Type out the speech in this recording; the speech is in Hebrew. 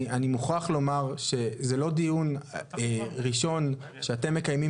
אני מוכרח לומר שזה לא דיון ראשון שאתם מקיימים